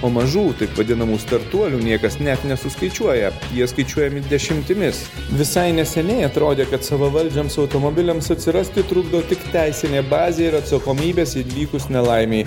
o mažų taip vadinamų startuolių niekas net nesuskaičiuoja jie skaičiuojami dešimtimis visai neseniai atrodė kad savavaldžiams automobiliams atsirasti trukdo tik teisinė bazė ir atsakomybės įvykus nelaimei